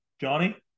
Johnny